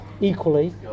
Equally